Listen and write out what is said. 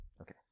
okay